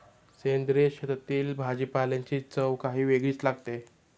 सेंद्रिय शेतातील भाजीपाल्याची चव काही वेगळीच लागते